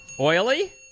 Oily